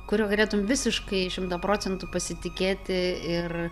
kuriuo galėtum visiškai šimtą procentų pasitikėti ir